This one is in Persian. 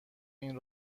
این